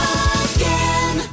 again